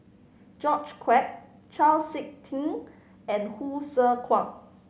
George Quek Chau Sik Ting and Hsu Tse Kwang